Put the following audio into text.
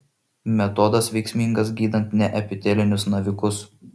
metodas veiksmingas gydant neepitelinius navikus